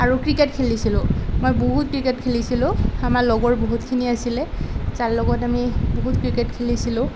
আৰু ক্ৰিকেট খেলিছিলোঁ মই বহুত ক্ৰিকেট খেলিছিলোঁ আমাৰ লগৰ বহুতখিনি আছিলে যাৰ লগত আমি বহুত ক্ৰিকেট খেলিছিলোঁ